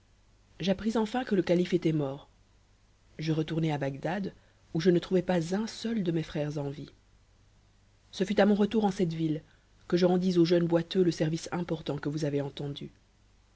j'appris encu que le calife était mort je retournai à bagdad où je ne trouvai pas un seul de mes frères en vie ce fut à mon retour en cette ville que je rendis an jeune boiteux le service important que vous avez entendn